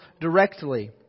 directly